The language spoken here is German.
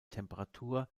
temperatur